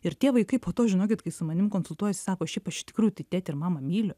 ir tie vaikai po to žinokit kai su manim konsultuojasi sako šiaip aš iš tikrųjų tai tėtį ir mamą myliu